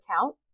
account